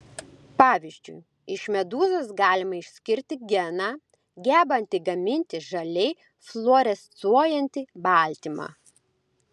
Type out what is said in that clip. pavyzdžiui iš medūzos galima išskirti geną gebantį gaminti žaliai fluorescuojantį baltymą